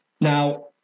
Now